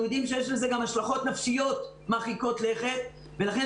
אנחנו יודעים שיש לזה גם השפעות נפשיות מרחיקות לכת ולכן